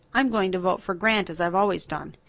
i'm going to vote for grant as i've always done.